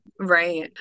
right